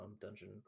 dungeon